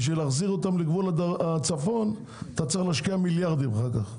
בשביל להחזיר אותם לגבול הצפון אתה צריך להשקיע מיליארדים אחר כך.